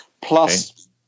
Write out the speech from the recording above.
Plus